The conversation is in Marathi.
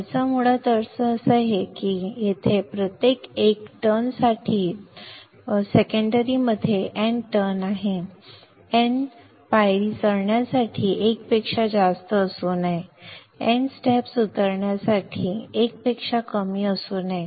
याचा मुळात अर्थ असा आहे की येथे प्रत्येक 1 टर्न साठी दुय्यम मध्ये n टर्न आहेत n पायरी चढण्यासाठी 1 पेक्षा जास्त असू शकते n पायरी उतरण्यासाठी 1 पेक्षा कमी असू शकते